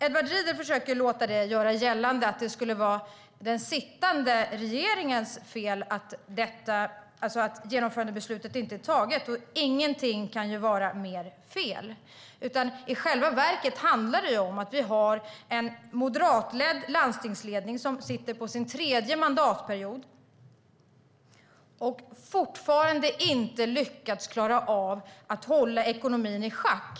Edward Riedl försöker göra gällande, fru talman, att det skulle vara den sittande regeringens fel att genomförandebeslutet inte är taget, men ingenting kan vara mer fel. I själva verket handlar det om att vi har en moderatledd landstingsledning som sitter på sin tredje mandatperiod och som fortfarande inte har lyckats hålla ekonomin i schack.